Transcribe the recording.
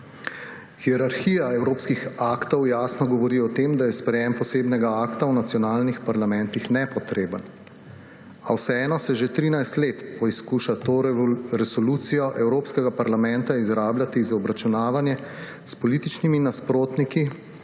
Hierarhija evropskih aktov jasno govori o tem, da je sprejetje posebnega akta v nacionalnih parlamentih nepotrebno, a vseeno se že 13 let poskuša to resolucijo Evropskega parlamenta izrabljati za obračunavanje s političnimi nasprotniki